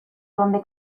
donde